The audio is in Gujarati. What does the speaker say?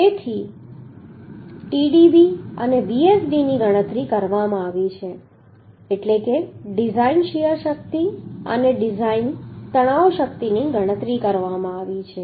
તેથી Tdb અને Vsd ની ગણતરી કરવામાં આવી છે એટલે કે ડિઝાઇન શીયર શક્તિ અને ડિઝાઇન તણાવ શક્તિની ગણતરી કરવામાં આવી છે